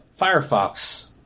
Firefox